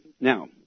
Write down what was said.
Now